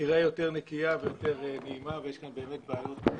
תיראה יותר נקייה ויותר נעימה ויש כאן באמת בעיות.